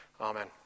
Amen